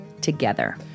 together